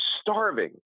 starving